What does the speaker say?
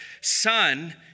Son